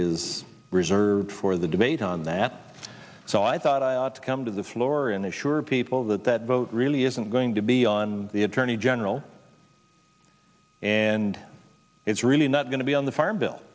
is reserved for the debate on that so i thought i ought to come to the floor in assure people that that vote really isn't going to be on the attorney general and it's really not going to be on the farm bill